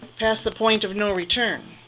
past the point of no return.